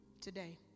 Today